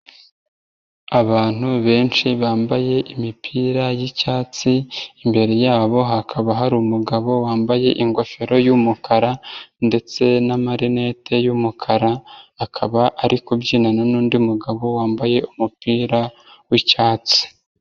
Abantu benshi bambaye imipira y'icyatsi imbere yabo hakaba hari umugabo wambaye ingofero y'umukara ndetse n'amarinete y'umukara, akaba ari kubyinana n'undi mugabo wambaye umupira w'icyatsi.